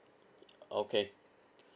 okay